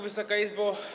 Wysoka Izbo!